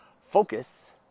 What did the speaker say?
focus